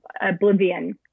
oblivion